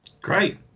Great